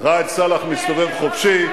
ראאד סלאח מסתובב חופשי.